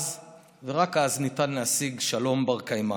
אז ורק אז ניתן להשיג שלום בר-קיימא.